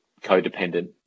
codependent